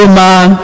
man